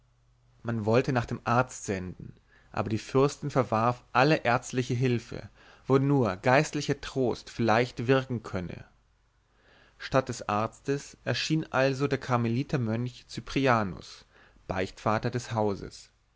man wollte nach dem arzt senden aber die fürstin verwarf alle ärztliche hülfe wo nur geistlicher trost vielleicht wirken könne statt des arztes erschien also der karmelitermönch cyprianus beichtvater des hauses